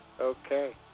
Okay